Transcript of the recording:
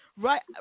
right